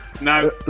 No